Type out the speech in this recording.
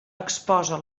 exposa